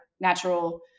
natural